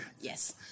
Yes